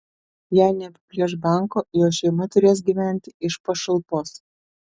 jei neapiplėš banko jo šeima turės gyventi iš pašalpos